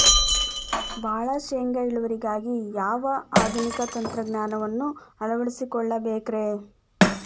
ಭಾಳ ಶೇಂಗಾ ಇಳುವರಿಗಾಗಿ ಯಾವ ಆಧುನಿಕ ತಂತ್ರಜ್ಞಾನವನ್ನ ಅಳವಡಿಸಿಕೊಳ್ಳಬೇಕರೇ?